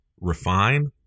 refine